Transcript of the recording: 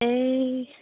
এই